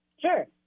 Sure